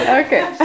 okay